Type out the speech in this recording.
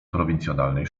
prowincjonalnej